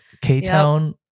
K-Town